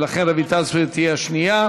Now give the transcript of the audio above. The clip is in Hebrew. ולכן רויטל סויד תהיה השנייה.